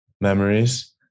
memories